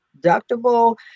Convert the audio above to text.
deductible